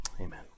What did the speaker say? Amen